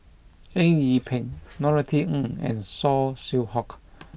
Eng Yee Peng Norothy Ng and Saw Swee Hock